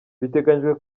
biteganyijwe